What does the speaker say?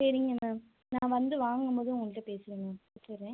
சரிங்க மேம் நான் வந்து வாங்கும்போது உங்கள்கிட்ட பேசுகிறேன் மேம் வைக்கிறேன்